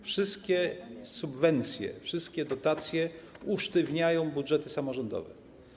Wszystkie subwencje, wszystkie dotacje usztywniają budżety samorządowe.